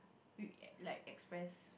reac~ like express